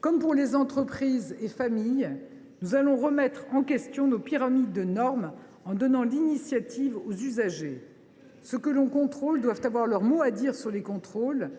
comme pour les entreprises et les familles, nous remettions en question les pyramides de normes en donnant l’initiative aux usagers. Ceux que l’on contrôle doivent avoir leur mot à dire sur les contrôles,